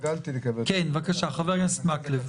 כן, בבקשה, חבר הכנסת מקלב.